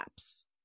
apps